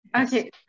Okay